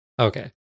Okay